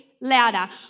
louder